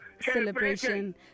celebration